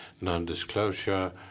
non-disclosure